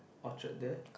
Orchard there